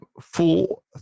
full